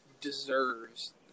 deserves